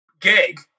gig